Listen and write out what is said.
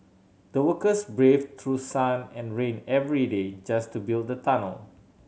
the workers braved through sun and rain every day just to build the tunnel